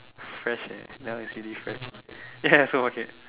fresh eh never see it before ya ya supermarket